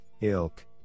ILK